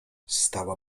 stała